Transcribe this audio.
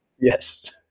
yes